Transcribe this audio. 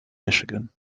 michigan